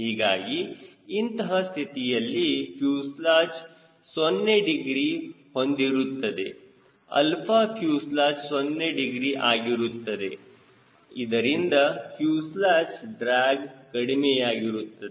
ಹೀಗಾಗಿ ಇಂತಹ ಸ್ಥಿತಿಯಲ್ಲಿ ಫ್ಯೂಸೆಲಾಜ್ 0 ಡಿಗ್ರಿ ಹೊಂದಿರುತ್ತದೆ 𝛼fuselage 0 ಡಿಗ್ರಿ ಆಗಿರುತ್ತದೆ ಇದರಿಂದ ಫ್ಯೂಸೆಲಾಜ್ ಡ್ರ್ಯಾಗ್ ಕಡಿಮೆಯಾಗಿರುತ್ತದೆ